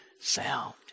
sound